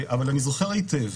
אבל אני זוכר היטב